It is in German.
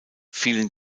fielen